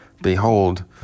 Behold